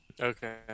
Okay